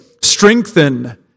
Strengthen